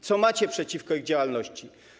Co macie przeciwko ich działalności?